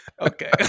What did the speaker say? Okay